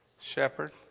shepherd